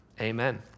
amen